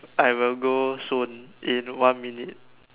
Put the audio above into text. I will go soon in one minute